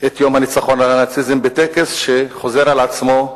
את יום הניצחון על הנאציזם, בטקס שחוזר על עצמו,